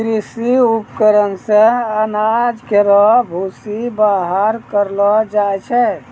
कृषि उपकरण से अनाज केरो भूसी बाहर करलो जाय छै